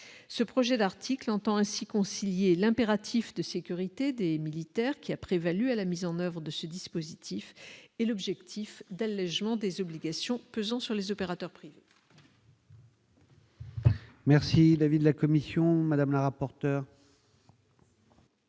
ce projet d'article entend ainsi concilier l'impératif de sécurité des militaires qui a prévalu à la mise en oeuvre de ce dispositif et l'objectif d'allégement des obligations pesant sur les opérateurs privés. Merci l'avis de la commission madame la rapporteur.